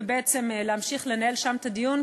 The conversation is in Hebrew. ובעצם להמשיך לנהל שם את הדיון,